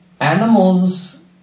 Animals